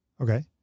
Okay